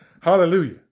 Hallelujah